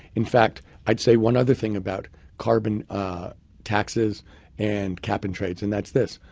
in fact, i'd say one other thing about carbon taxes and cap in trades, and that's this.